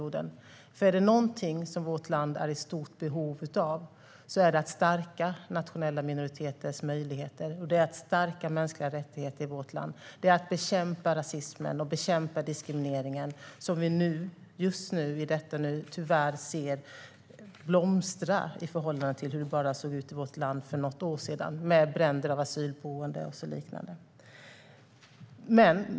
Om det är någonting som vårt land är i stort behov av är det att stärka nationella minoriteters möjligheter, stärka mänskliga rättigheter och bekämpa rasism och diskriminering, som vi i detta nu tyvärr ser blomstra i förhållande till hur det såg ut här för bara något år sedan. Det är bränder på asylboenden och liknande.